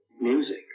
music